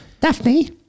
Daphne